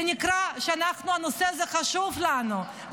זה נקרא שהנושא הזה חשוב לנו,